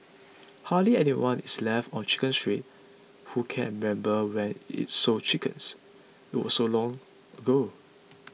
hardly anyone is left on Chicken Street who can remember when it sold chickens it was so long ago